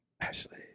Ashley